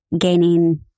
gaining